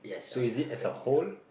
so is it as a whole